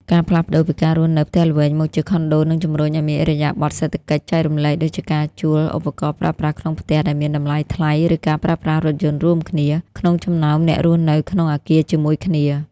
ការផ្លាស់ប្តូរពីការរស់នៅផ្ទះល្វែងមកជាខុនដូ នឹងជម្រុញឱ្យមានឥរិយាបថ "សេដ្ឋកិច្ចចែករំលែក" ដូចជាការជួលឧបករណ៍ប្រើប្រាស់ក្នុងផ្ទះដែលមានតម្លៃថ្លៃ ឬការប្រើប្រាស់រថយន្តរួមគ្នា ក្នុងចំណោមអ្នករស់នៅក្នុងអាគារជាមួយគ្នា។